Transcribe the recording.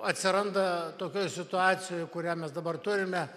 atsiranda tokioj situacijoj kurią mes dabar turime